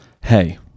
hey